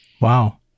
Wow